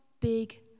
big